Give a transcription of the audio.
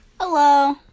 Hello